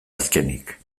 azkenik